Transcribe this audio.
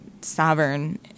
sovereign